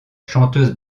chanteuse